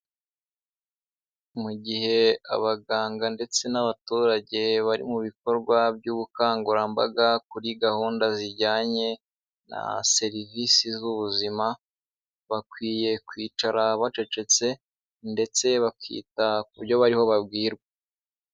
Mu gihe abaganga ndetse n'abaturage bari mu bikorwa by'ubukangurambaga kuri gahunda zijyanye na serivisi z'ubuzima, bakwiye kwicara bacecetse ndetse bakita ku byo barimo babwirwa.